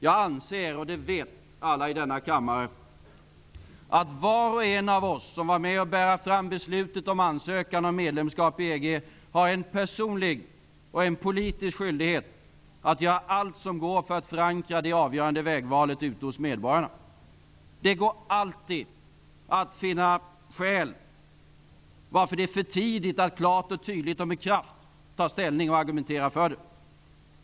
Jag anser, och det vet alla i denna kammare, att var och en av oss som var med om att bära fram beslutet om ansökan om medlemskap i EG har en personlig och politisk skyldighet att göra allt som går för att förankra det avgörande vägvalet ute hos medborgarna. Det går alltid att finna skäl till att det är för tidigt att klart, tydligt och med kraft ta ställning och argumentera för medlemskapet.